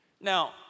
Now